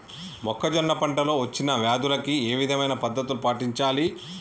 మొక్కజొన్న పంట లో వచ్చిన వ్యాధులకి ఏ విధమైన పద్ధతులు పాటించాలి?